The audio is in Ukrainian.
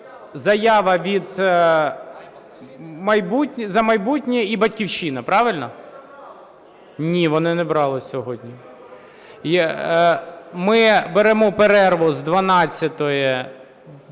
Заява від "За майбутнє" і "Батьківщина". Правильно? Ні, вони не брали сьогодні. Ми беремо перерву з 12:30 до